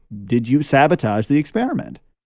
did you sabotage the experiment?